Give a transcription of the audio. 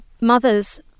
mother's